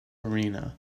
arena